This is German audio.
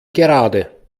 gerade